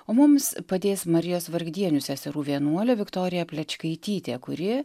o mums padės marijos vargdienių seserų vienuolė viktorija plečkaitytė kuri